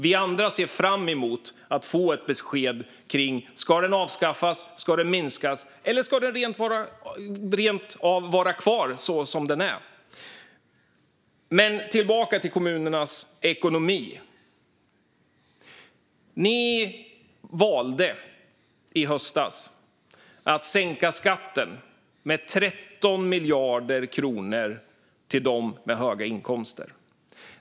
Vi andra ser fram emot att få ett besked kring om den ska avskaffas, minskas eller rent av vara kvar som den är. Tillbaka till kommunernas ekonomi. Ni valde i höstas att sänka skatten med 13 miljarder kronor till dem med höga inkomster.